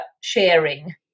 sharing